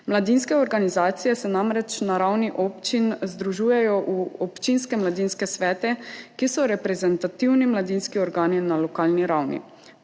Mladinske organizacije se namreč na ravni občin združujejo v občinske mladinske svete, ki so reprezentativni mladinski organi na lokalni ravni.